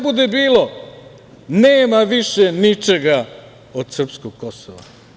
Ako vas ne bude bilo, nema više ničega od srpskog Kosova.